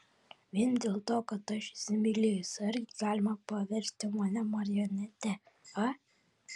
vien dėl to kad aš įsimylėjus argi galima paversti mane marionete a